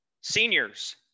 seniors